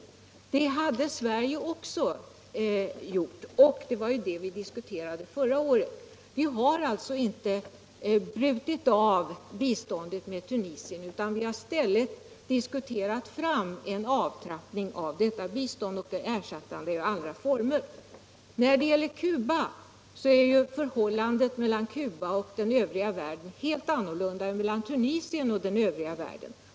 Och det har Sverige också gjort - det var ju det vi diskuterade förra året. Vi har alltså inte plötsligt brutit biståndet till Tunisien, utan vi har i stället diskuterat fram en avtrappning av detta bistånd och dess ersättande i andra former. Förhållandet mellan Cuba och den övriga världen är ju helt annorlunda än förhållandet mellan Tunisien och den övriga världen.